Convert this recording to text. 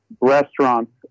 restaurants